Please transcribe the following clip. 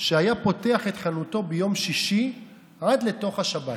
שהיה פותח את חנותו ביום שישי עד לתוך השבת,